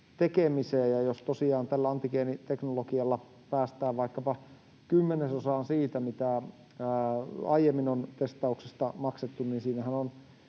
tekemiseen, ja jos tosiaan tällä antigeeniteknologialla päästään vaikkapa kymmenesosaan siitä, mitä aiemmin on testauksista maksettu, niin siinähän on